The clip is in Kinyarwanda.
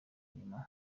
inyuma